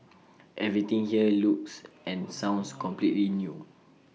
everything here looks and sounds completely new